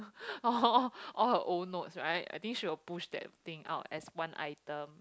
oh her own note's right I think she will push that thing out as one item